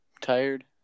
tired